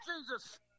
Jesus